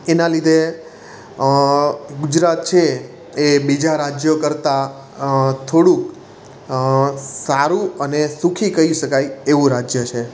એના લીધે ગુજરાત છે એ બીજા રાજ્યો કરતાં થોડુંક સારું અને સુખી કહી શકાય એવું રાજ્ય છે